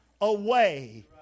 away